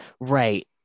Right